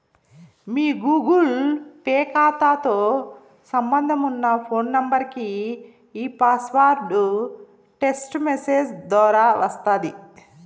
మీ Google Pay కాతాతో సంబంధమున్న phone నెంబరికి ఈ పాస్వార్డు టెస్టు మెసేజ్ దోరా వస్తాది